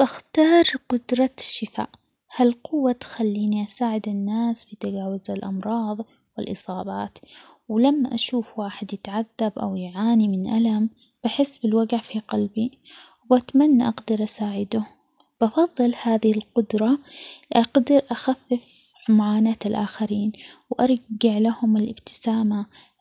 بختار يكون النسر لأنه النسر يعجبني إنو طائر قوي وحر ويقدر يطير على ارتفاعات عالية جداً ويشوف العالم من فوق، ويوم واحد لي كنسر بيعطيني هالإحساس بالقوة والسيطرة لأنه أقدر أشوف كل شي وبدون حدود كما إنه النسر يعيش بحرية ومحد يقدر يعترضه ويفضل